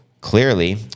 clearly